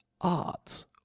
arts